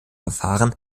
verfahren